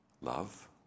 Love